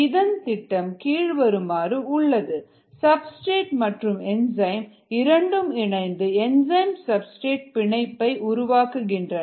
இதன் திட்டம் கீழ்வருமாறு உள்ளது சப்ஸ்டிரேட் மற்றும் என்சைம் இரண்டும் இணைந்து என்சைம் சப்ஸ்டிரேட் பிணைப்பு உருவாக்குகின்றன